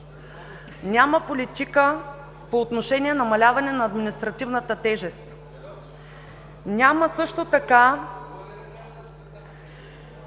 Няма политика по отношение намаляване на административната тежест. Няма също така